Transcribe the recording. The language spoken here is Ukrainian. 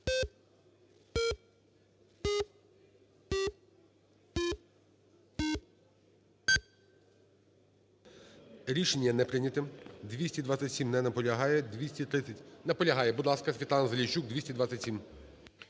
Рішення не прийнято. 227, не наполягає. Наполягає, буд ласка, Світлана Заліщук, 227.